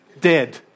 dead